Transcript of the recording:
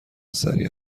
سریع